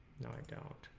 i doubt